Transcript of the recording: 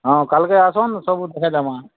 ହଁ କାଲ୍କେ ଆସନ୍ ସବୁ ଦେଖେଇ ଦେମା